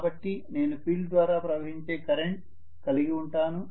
కాబట్టి నేను ఫీల్డ్ ద్వారా ప్రవహించే కరెంట్ కలిగి వుంటాను